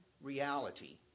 reality